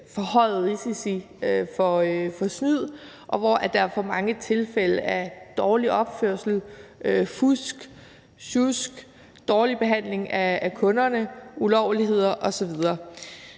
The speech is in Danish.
risiko for snyd, og hvor der er for mange tilfælde af dårlig opførsel, fusk, sjusk, dårlig behandling af kunderne, ulovligheder osv.